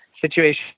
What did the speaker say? situation